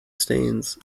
stains